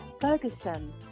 Ferguson